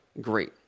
great